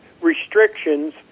restrictions